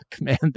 man